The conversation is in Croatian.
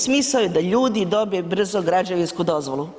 Smisao je da ljudi dobe brzo građevinsku dozvolu.